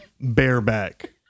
bareback